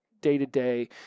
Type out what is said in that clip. day-to-day